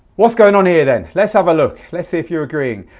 what's going on here then? let's have a look, let's see if you're agreeing,